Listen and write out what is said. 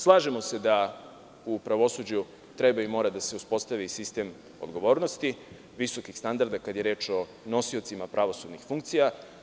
Slažemo se da u pravosuđu treba i mora da se uspostavi sistem odgovornosti visokih standarda, kada je reč o nosiocima pravosudnih funkcija.